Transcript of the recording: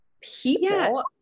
people